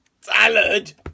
Salad